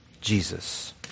Jesus